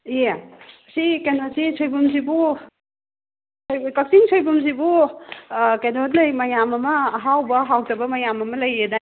ꯏꯑꯦ ꯁꯤ ꯀꯩꯅꯣꯁꯤ ꯁꯣꯏꯕꯨꯝꯁꯤꯕꯨ ꯑꯩꯈꯣꯏ ꯀꯛꯆꯤꯡ ꯁꯣꯏꯕꯨꯝꯁꯤꯕꯨ ꯀꯩꯅꯣ ꯂꯩ ꯃꯌꯥꯝ ꯑꯃ ꯑꯍꯥꯎꯕ ꯑꯍꯥꯎꯇꯕ ꯃꯌꯥꯝ ꯑꯃ ꯂꯩꯌꯦꯗꯥꯏꯅꯦ